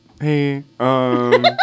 Hey